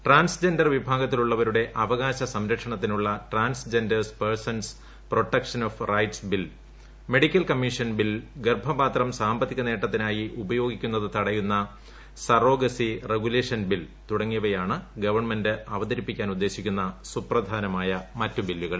transgender വിഭാഗത്തിലുള്ളവരുടെ അവകാശ സംരക്ഷണത്തിനുള്ള transgender persons protection of rights bill medical commission bill ഗർഭപാത്രം സാമ്പത്തിക നേട്ടത്തിനായി ഉപയോഗിക്കുന്നത് തടയുന്ന സറോഗസ്സി റെഗുലേഷൻ ബിൽ തുടങ്ങിയവയാണ് ഗവൺമെന്റ് അവതരിപ്പിക്കാൻ ഉദ്ദേശിക്കുന്ന സുപ്രധാനമായ മറ്റ് ബില്ലുകൾ